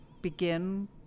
begin